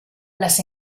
las